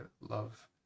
love